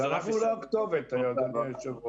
אנחנו לא הכתובת אדוני היושב ראש.